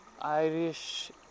Irish